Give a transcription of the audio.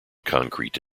concrete